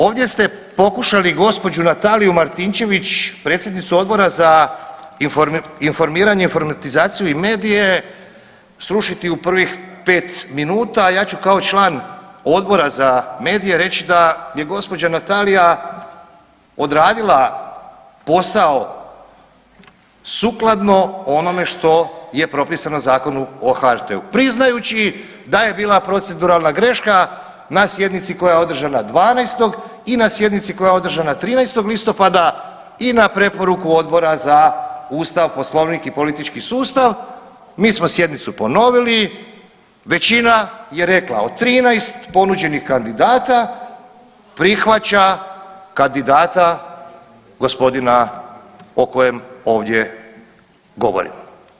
Ovdje ste pokušali g. Nataliju Martinčević, predsjednicu Odbora za informiranje, informatizaciju i medije srušiti u prvih 5 minuta, ja ću kao član Odbora za medije reći da mi je gđa. Natalija odradila posao sukladno onome što je propisano Zakonu o HRT-u, priznajući da je bila proceduralna greška na sjednici koja je održana 12. i na sjednici koja je održana 13. listopada i na preporuku Odbor za Ustav, Poslovnik i politički sustav, mi smo sjednicu ponovili, većina je rekla od 13 ponuđenih kandidata, prihvaća kandidata g. o kojem ovdje govorimo.